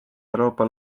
euroopa